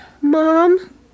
Mom